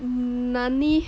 nani